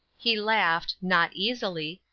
he laughed, not easily,